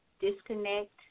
disconnect